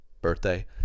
birthday